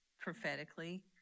prophetically